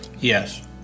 Yes